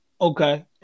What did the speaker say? Okay